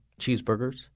cheeseburgers